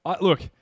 Look